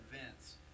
events